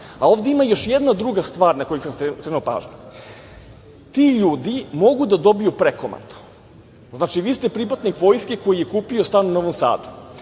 Ovde ima još jedna druga stvar na koju sam skrenuo pažnju. Ti ljudi mogu da dobiju prekomandu. Znači, vi ste pripadnik vojske koji je kupio stan u Novom Sadu,